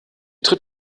tritt